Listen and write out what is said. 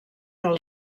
del